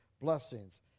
blessings